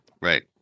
Right